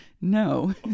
no